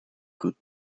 could